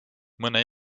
mõne